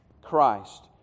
Christ